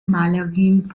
malerin